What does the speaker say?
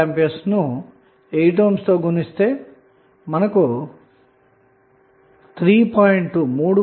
4A ను 8 ohm తో గుణిస్తే 3